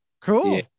Cool